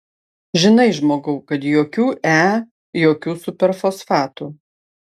žinai žmogau kad jokių e jokių superfosfatų